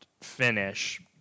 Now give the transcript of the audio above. finish